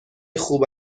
خوب